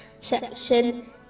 section